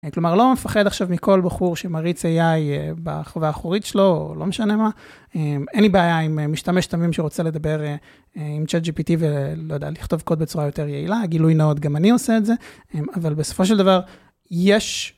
כלומר, לא מפחד עכשיו מכל בחור שמריץ איי-איי בחווה האחורית שלו, לא משנה מה. אין לי בעיה אם משתמש תמים שרוצה לדבר עם צ'אט-ג'י-פי-טי ולא יודע, לכתוב קוד בצורה יותר יעילה, גילוי נאות, גם אני עושה את זה. אבל בסופו של דבר, יש.